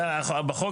זה בחוק.